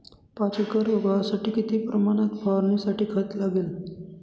पाच एकर गव्हासाठी किती प्रमाणात फवारणीसाठी खत लागेल?